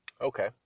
Okay